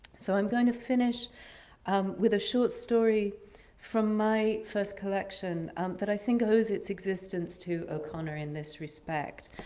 so i'm going to finish um with a short story from my first collection that i think owes its existence to o'connor in this respect.